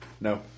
No